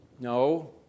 No